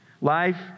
Life